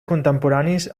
contemporanis